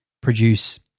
produce